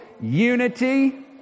unity